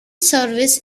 service